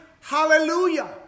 hallelujah